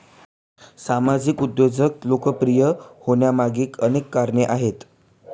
सामाजिक उद्योजकता लोकप्रिय होण्यामागे अनेक कारणे आहेत